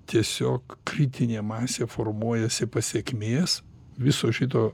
tiesiog kritinė masė formuojasi pasekmės viso šito